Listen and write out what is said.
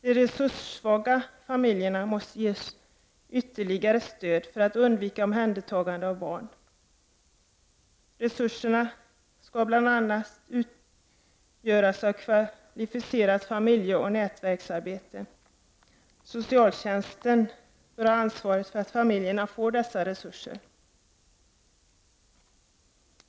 De resurssvaga familjerna måste ges ytterligare stöd, så att omhändertagande av barn kan undvikas. Resurserna skall bl.a. . utgöras av kvalificerat familjeoch nätverksarbete. Socialtjänsten bör ha ansvaret för att familjerna får dessa resurser.